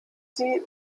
sie